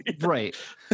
right